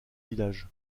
village